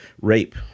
rape